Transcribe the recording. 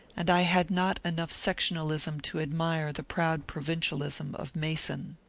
and i had not enough sectionalism to admire the proud provincialism of mason.